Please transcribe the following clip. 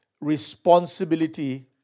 responsibility